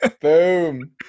Boom